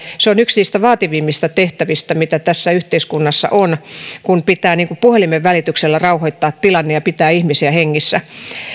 se on yksi niistä vaativimmista tehtävistä mitä tässä yhteiskunnassa on kun pitää puhelimen välityksellä rauhoittaa tilanne ja pitää ihmisiä hengissä